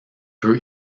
peu